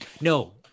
No